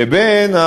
לבין,